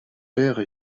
pairs